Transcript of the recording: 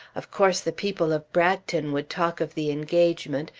of course the people of bragton would talk of the engagement,